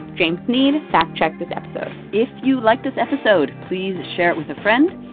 james sneed fact-checked this episode if you liked this episode, please share it with a friend.